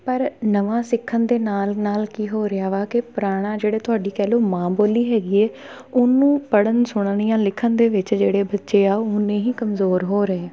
ਪਰ ਨਵਾਂ ਸਿੱਖਣ ਦੇ ਨਾਲ ਨਾਲ ਕੀ ਹੋ ਰਿਹਾ ਵਾ ਕਿ ਪੁਰਾਣਾ ਜਿਹੜੇ ਤੁਹਾਡੀ ਕਹਿ ਲਓ ਮਾਂ ਬੋਲੀ ਹੈਗੀ ਹੈ ਉਹਨੂੰ ਪੜ੍ਹਨ ਸੁਣਨ ਜਾਂ ਲਿਖਣ ਦੇ ਵਿੱਚ ਜਿਹੜੇ ਬੱਚੇ ਆ ਉੰਨੇ ਹੀ ਕਮਜ਼ੋਰ ਹੋ ਰਹੇ